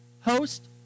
host